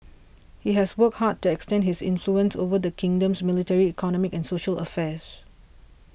he has worked hard to extend his influence over the kingdom's military economic and social affairs